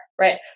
right